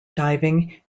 diving